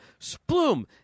sploom